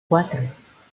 cuatro